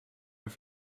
have